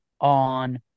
on